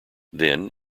then